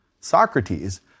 Socrates